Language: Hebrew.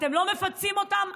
אתם לא מפצים אותם?